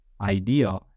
idea